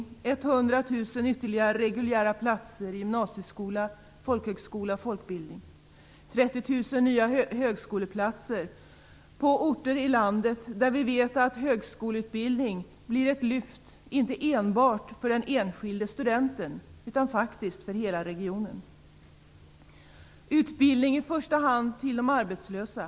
Vi föreslår 100 000 ytterligare reguljära platser i gymnasieskola, folkhögskola och folkbildning och 30 000 nya högskoleplatser på orter i landet där vi vet att högskoleutbildning blir ett lyft inte enbart för den enskilde studenten utan faktiskt för hela regionen. Det är i första hand utbildning för de arbetslösa.